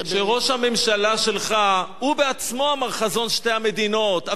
כשראש הממשלה שלך הוא בעצמו אמר: חזון שתי המדינות,